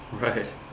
Right